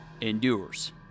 endures